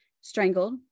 strangled